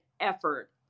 effort